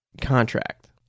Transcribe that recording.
contract